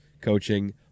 coaching